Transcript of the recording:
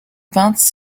peinte